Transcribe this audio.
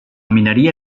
mineria